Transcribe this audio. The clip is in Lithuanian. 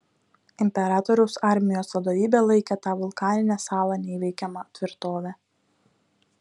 imperatoriaus armijos vadovybė laikė tą vulkaninę salą neįveikiama tvirtove